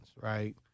right